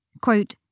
quote